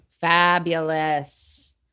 Fabulous